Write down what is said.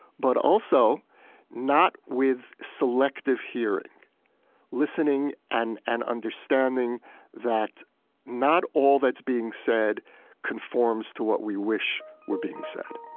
but also not with selective hearing listening and and understanding that not all that's being said conforms to what we wish were being said